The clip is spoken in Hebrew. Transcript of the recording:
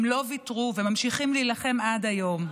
הם לא ויתרו וממשיכים להילחם עד היום.